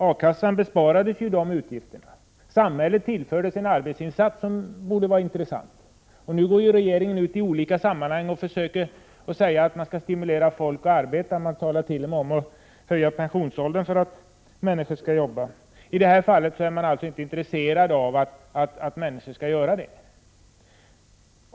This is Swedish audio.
A-kassan besparades således utgifter för honom, och samhället tillfördes en arbetsinsats som borde vara intressant. Regeringen går ju nu ut i olika sammanhang och säger att man skall försöka stimulera människor att arbeta. Man talar t.o.m. om att höja pensionsåldern för att människor skall jobba. I det här fallet var man emellertid inte intresserad av det.